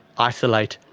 isolate,